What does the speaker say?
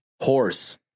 Horse